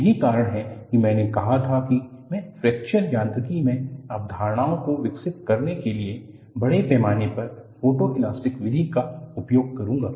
यही कारण है कि मैंने कहा था कि मैं फ्रैक्चर यांत्रिकी में अवधारणाओं को विकसित करने के लिए बड़े पैमाने पर फोटोइलास्टिक विधि का उपयोग करूंगा